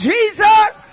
Jesus